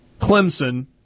Clemson